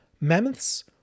mammoths